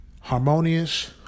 harmonious